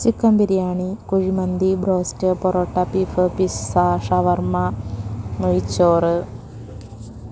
chicken biryani kuzhimanthi broast parotta പിഫ് pizza shawarma മഴിച്ചോറ്